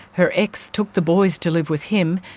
her ex took the boys to live with him,